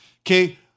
Okay